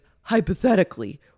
hypothetically